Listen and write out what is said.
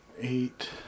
Eight